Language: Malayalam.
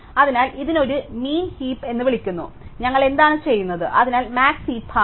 അതിനാൽ ഇതിനെയാണ് ഒരു മിൻ ഹീപ് എന്ന് വിളിക്കുന്നത് ഞങ്ങൾ എന്താണ് ചെയ്യുന്നത് അതിനാൽ മാക്സ് ഹീപ് ആണ്